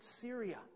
Syria